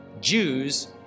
Jews